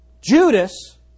Judas